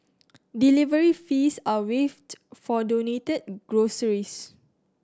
delivery fees are waived for donated groceries